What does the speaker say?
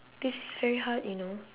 this is very hard you know